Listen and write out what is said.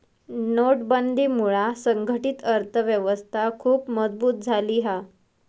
नोटबंदीमुळा संघटीत अर्थ व्यवस्था खुप मजबुत झाली हा